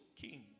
king